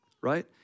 right